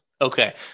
Okay